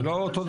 זה לא אותו דבר.